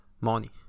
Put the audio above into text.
money